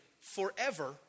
forever